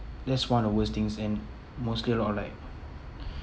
that's one of worst things and mostly a lot of like